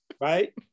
Right